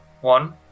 One